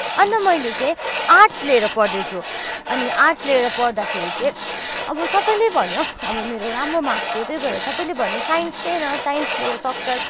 अन्त मैले चाहिँ आर्ट्स लिएर पढ्दैछु अनि आर्ट्स लिएर पढ्दाखेरि चाहिँ अब सबैले भन्यो अब मेरो राम्रो मार्क्स थियो त्यही भएर सबैले भन्यो साइन्स लिइ न साइन्स लिइ सक्छस